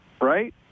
right